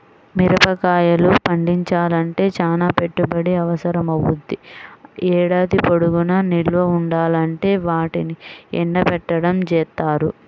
మిరగాయలు పండించాలంటే చానా పెట్టుబడి అవసరమవ్వుద్ది, ఏడాది పొడుగునా నిల్వ ఉండాలంటే వాటిని ఎండబెట్టడం జేత్తారు